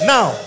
Now